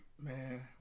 Man